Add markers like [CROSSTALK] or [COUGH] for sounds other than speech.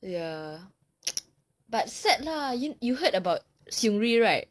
ya but [NOISE] sad lah you you heard about seung ri right